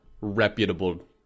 reputable